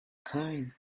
kind